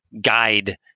guide